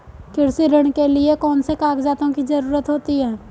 कृषि ऋण के लिऐ कौन से कागजातों की जरूरत होती है?